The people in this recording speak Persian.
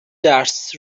درس